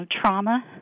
trauma